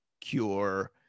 cure